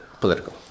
political